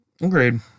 Agreed